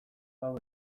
hau